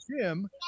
Jim